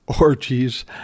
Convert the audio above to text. orgies